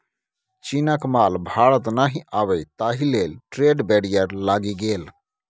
चीनक माल भारत नहि आबय ताहि लेल ट्रेड बैरियर लागि गेल